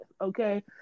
okay